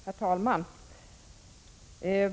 Herr talman!